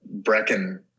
Brecken